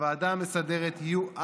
לוועדה המסדרת יהיו,